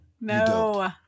No